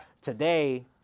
Today